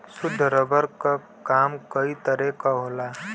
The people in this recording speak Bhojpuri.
शुद्ध रबर क काम कई तरे क होला